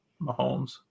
Mahomes